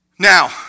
Now